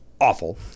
awful